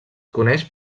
coneix